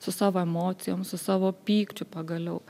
su savo emocijom su savo pykčiu pagaliau